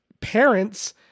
parents